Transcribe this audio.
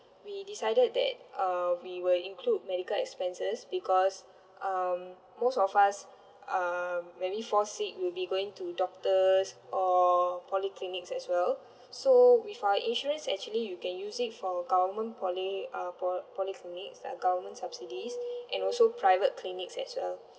we decided that uh we will include medical expenses because um most of us um when we fall sick we'll be going to doctors or polyclinics as well so with our insurance actually you can use it for government poly uh po~ polyclinics like government subsidies and also private clinics as well